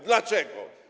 Dlaczego?